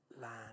land